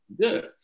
Good